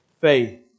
faith